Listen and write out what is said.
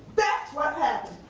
that's what happened.